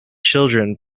children